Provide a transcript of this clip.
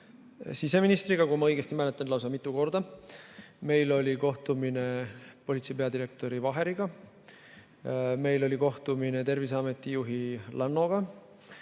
siseministriga, kui ma õigesti mäletan, lausa mitu korda. Meil oli kohtumine politsei peadirektori Vaheriga. Meil oli kohtumine Terviseameti juhi Lannoga.